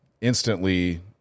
instantly